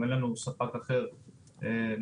אין לנו ספק אחר להתחבר.